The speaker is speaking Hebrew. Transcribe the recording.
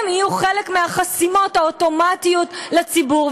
יהיה חלק מהחסימות האוטומטיות לציבור,